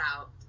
out